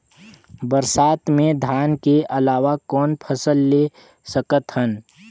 बरसात मे धान के अलावा कौन फसल ले सकत हन?